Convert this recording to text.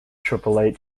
triple